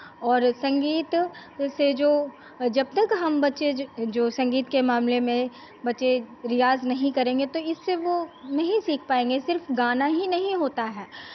और संगीत से जो जब तक हम बच्चे जो संगीत के मामले में बच्चे रियाज़ नहीं करेंगे तो इससे वो नहीं सीख पायेंगे सिर्फ गाना ही नहीं होता है